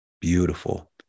Beautiful